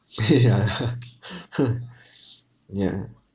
yeah !huh! ya